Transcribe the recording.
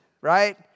right